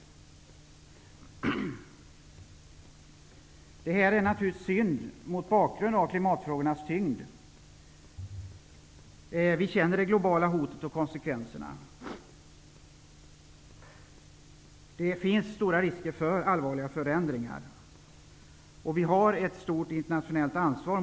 Det är naturligtvis synd att det har blivit så här mot bakgrund av den vikt som klimatfrågorna har. Vi känner till det globala hotet och konsekvenserna av det. Det finns stora risker för allvarliga förändringar. Vi har därför mot bakgrund av detta ett stort internationellt ansvar.